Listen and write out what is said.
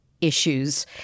issues